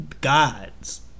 God's